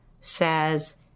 says